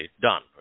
done